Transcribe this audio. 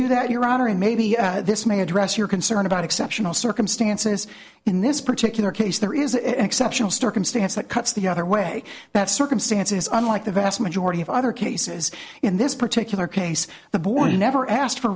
do that your honor and maybe this may address your concern about exceptional circumstances in this particular case there is the exceptional circumstance that cuts the other way that circumstances unlike the vast majority of other cases in this particular case the board never asked for